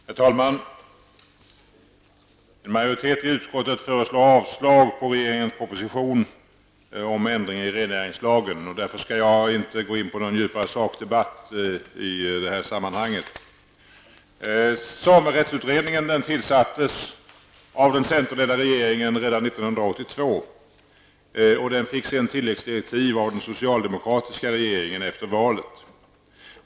Herr talman! En majoritet i utskottet föreslår avslag på regeringens proposition om ändring i rennäringslagen, och därför skall jag inte gå in på någon djupare sakdebatt i det här sammanhanget. Samerättsutredningen tillsattes av den centerledda regeringen redan 1982 och fick tilläggsdirektiv av den socialdemokratiska regeringen efter valet.